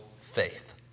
faith